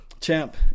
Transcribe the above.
champ